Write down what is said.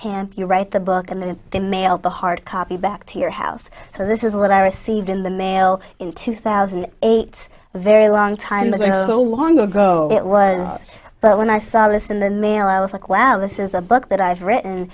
camp you write the book and then they mail the hard copy back to your house so this is what i received in the mail in two thousand and eight a very long time ago long ago it was but when i solace in the mail i was like wow this is a book that i've written